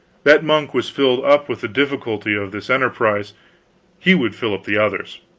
that monk was filled up with the difficulty of this enterprise he would fill up the others.